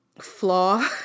flaw